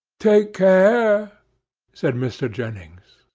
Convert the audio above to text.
take care said mr. jennings.